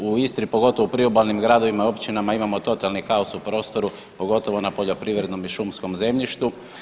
U Istri pogotovo u priobalnim gradovima i općinama imamo totalni kaos u prostoru pogotovo na poljoprivrednom i šumskom zemljištu.